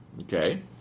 Okay